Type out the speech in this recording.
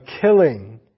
killing